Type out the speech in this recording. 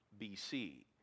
BC